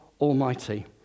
Almighty